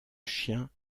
chien